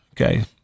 okay